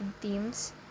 themes